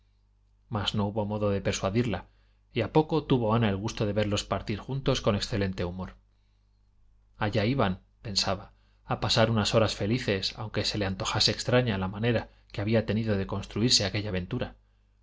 mas no hubo modo de persuadirla y a poco tuvo ana el gusto de verlos partir juntos con excelente humor allá iban pensaba a pasar unas horas felices aunque se le antojase extraña la manera que había tenido de construirse aquella